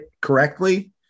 correctly